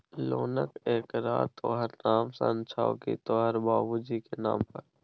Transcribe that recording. लोनक एकरार तोहर नाम सँ छौ की तोहर बाबुजीक नाम पर